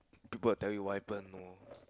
people will tell you why happen you know